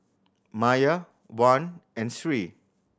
Maya Wan and Sri